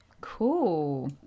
cool